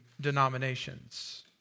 denominations